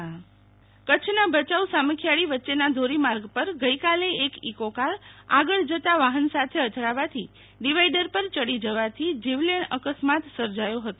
શિતલ વૈશ્નવ અકસ્માત કચ્છના ભચાઉ સામખ્યારી વચ્ચ ધોરીમાર્ગ પર ગઈકાલે એક ઈકો કાર આગળ જતાં વાહન સાથે અથડાવાથી ડીવાઈડર પર ચડી જવાથી જીવલેણ અકસ્માત સર્જાયો હતો